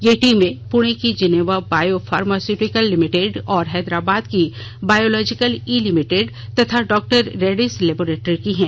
ये टीमें पुणे की जिनोवा बायो फार्मास्यूटिकल्स लिमिटेड और हैदराबाद की बॉयोलोजिकल ई लिमिटेड तथा डॉक्टर रैडिस लेबोरेट्री की हैं